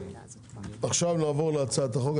עכשיו נעבור להצעת החוק.